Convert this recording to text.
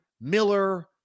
Miller